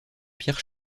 pierre